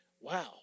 wow